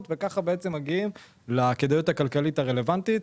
ומגיעים לכדאיות הכלכלית הרלוונטית.